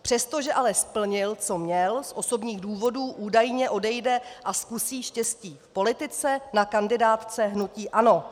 Přestože ale splnil, co měl, z osobních důvodů údajně odejde a zkusí štěstí v politice na kandidátce hnutí ANO.